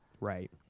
Right